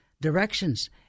directions